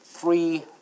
Three